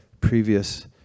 previous